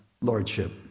lordship